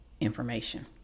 information